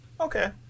Okay